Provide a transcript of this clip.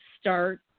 start